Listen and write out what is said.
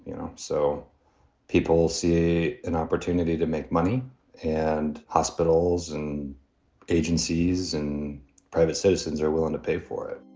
you know so people see an opportunity to make money and hospitals and agencies and private citizens are willing to pay for it